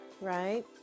right